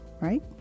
right